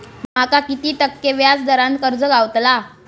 माका किती टक्के व्याज दरान कर्ज गावतला?